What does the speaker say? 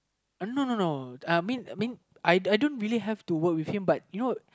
uh no no no uh I mean I mean I don't I don't really have to work with him but you know